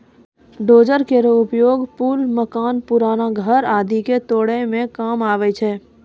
dozer केरो उपयोग पुल, मकान, पुराना घर आदि क तोरै म काम आवै छै